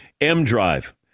M-Drive